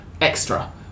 extra